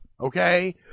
okay